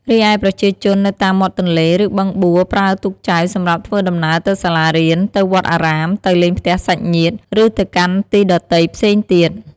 រីឯប្រជាជននៅតាមមាត់ទន្លេ ឬបឹងបួប្រើទូកចែវសម្រាប់ធ្វើដំណើរទៅសាលារៀន ទៅវត្តអារាម ទៅលេងផ្ទះសាច់ញាតិ ឬទៅកាន់ទីដទៃផ្សេងទៀត។